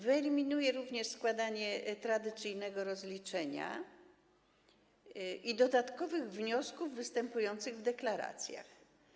Wyeliminuje również składanie tradycyjnego rozliczenia i dodatkowych wniosków występujących w deklaracjach.